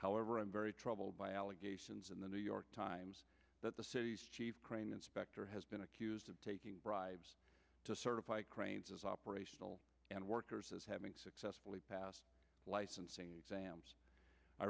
however i'm very troubled by allegations in the new york times that the crane inspector has been accused of taking bribes to certify cranes as operational and workers as having successfully passed licensing exams i